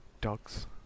dogs